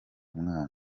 umwana